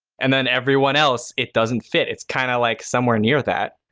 and then everyone else, it doesn't fit. it's kind of like somewhere near that.